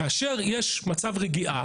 כאשר יש מצב רגיעה,